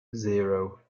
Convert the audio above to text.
zero